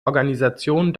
organisation